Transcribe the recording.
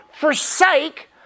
forsake